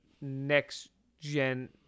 next-gen